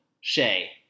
Shay